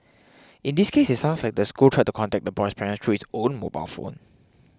in this case it sounds like the school tried to contact the boy's parents through his own mobile phone